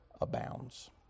abounds